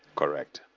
correct.